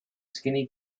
skinny